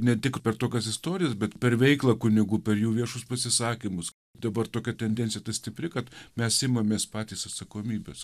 ne tik per tokias istorijas bet per veiklą kunigų per jų viešus pasisakymus dabar tokia tendencija ta stipri kad mes imamės patys atsakomybės